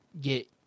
get